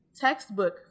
textbook